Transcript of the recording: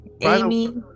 Amy